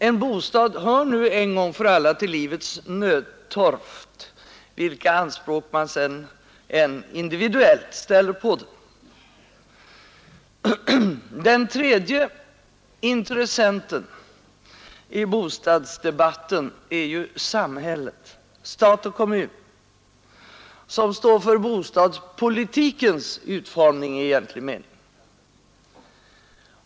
En bostad hör nu en gång för alla till livets nödtorft, vilka anspråk man sedan än individuellt ställer på den. Den tredje intressenten i bostadsdebatten är samhället, stat och kommun, som står för bostadspolitikens utformning i egentlig mening.